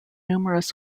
numerous